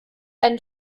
einen